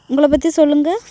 உங்களை பற்றி சொல்லுங்கள்